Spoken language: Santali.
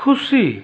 ᱠᱷᱩᱥᱤ